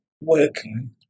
working